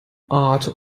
art